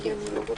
בדיוק.